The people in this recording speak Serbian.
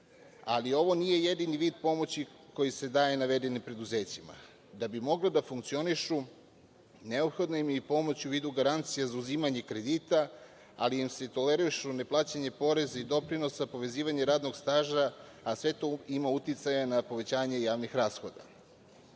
ali ovo nije jedini vid pomoći koji se daje navedenim preduzećima. Da bi mogla da funkcionišu, neophodna im je pomoć u vidu garancija za uzimanje kredita, ali im se tolerišu neplaćanje poreza i doprinosa, povezivanje radnog staža, a sve to ima uticaja na povećanje javnih rashoda. Moram